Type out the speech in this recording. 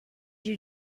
you